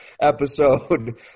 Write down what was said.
episode